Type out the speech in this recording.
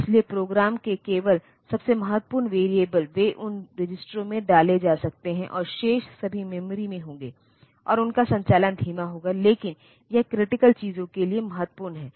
इसलिए प्रोग्राम के केवल सबसे महत्वपूर्ण वेरिएबल वे उन रजिस्टरों में डाले जा सकते हैं और शेष सभी मेमोरी में होंगे और उनका संचालन धीमा होगा लेकिन यह क्रिटिकल चीज़ो के लिए महत्वपूर्ण है